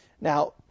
Now